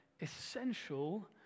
essential